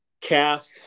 calf